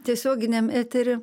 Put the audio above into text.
tiesioginiam etery